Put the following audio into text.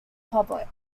public